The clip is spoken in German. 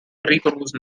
rigorosen